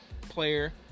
player